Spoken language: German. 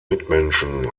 mitmenschen